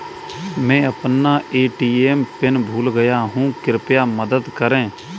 मैं अपना ATM PIN भूल गया हूँ, कृपया मदद करें